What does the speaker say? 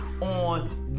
on